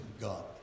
God